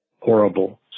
horrible